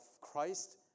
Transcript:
Christ